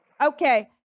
Okay